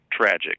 tragic